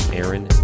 aaron